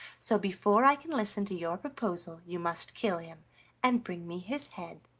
so before i can listen to your proposal you must kill him and bring me his head.